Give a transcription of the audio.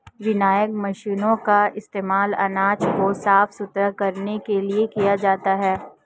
winnowing मशीनों का इस्तेमाल अनाज को साफ सुथरा करने के लिए किया जाता है